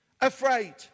afraid